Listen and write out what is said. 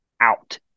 out